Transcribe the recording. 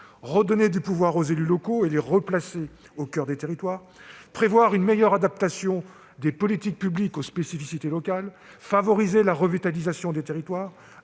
redonner du pouvoir aux élus locaux et les replacer au coeur des territoires ; prévoir une meilleure adaptation des politiques publiques aux spécificités locales ; favoriser la revitalisation des territoires